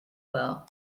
will